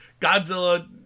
Godzilla